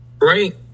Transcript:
right